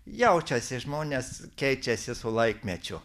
jaučiasi žmonės keičiasi su laikmečiu